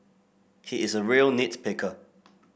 he is a real nit picker